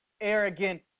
arrogant